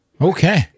Okay